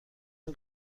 این